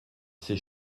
c’est